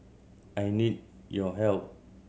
I need your help